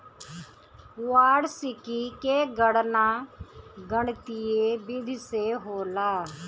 वार्षिकी के गणना गणितीय विधि से होला